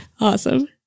Awesome